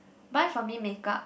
buy for me makeup